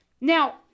now